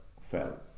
fell